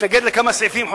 שאלקין מתנגד לכמה סעיפים.